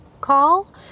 call